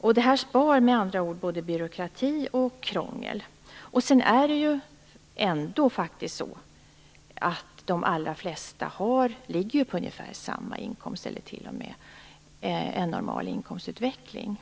Detta minskar både byråkrati och krångel. Sedan är det ändå faktiskt så att de allra flesta ligger på ungefär samma inkomstnivå och har en normal inkomstutveckling.